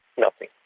nothing,